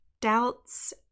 doubts